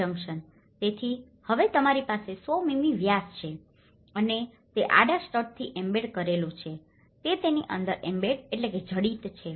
તેથી હવે તમારી પાસે 100 મીમી વ્યાસ છે અને તે આડા સ્ટડથી એમ્બેડ કરેલું છે તે તેની અંદર એમ્બેડembeddedજડિત છે